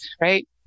right